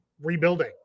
rebuilding